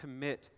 commit